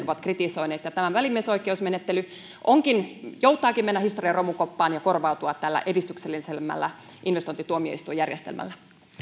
ovat kritisoineet että tämä välimiesoikeusmenettely joutaakin mennä historian romukoppaan ja korvautua tällä edistyksellisemmällä investointituomioistuinjärjestelmällä